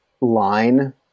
line